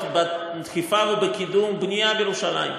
בדחיפה ובקידום של בנייה בירושלים.